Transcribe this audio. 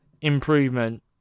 improvement